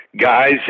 guys